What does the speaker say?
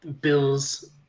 bills